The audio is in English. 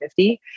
50